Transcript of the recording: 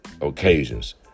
occasions